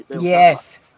yes